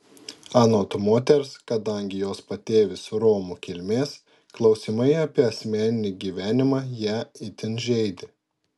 anot moters kadangi jos patėvis romų kilmės klausimai apie asmeninį gyvenimą ją itin žeidė